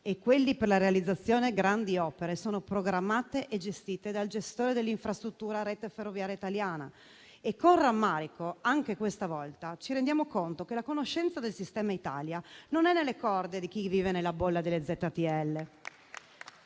e quelli per la realizzazione di grandi opere sono programmati e gestiti dal gestore dell'infrastruttura Rete ferroviaria italiana. Con rammarico anche questa volta ci rendiamo conto che la conoscenza del sistema Italia non è nelle corde di chi vive nella bolla delle zone